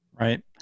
Right